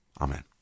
Amen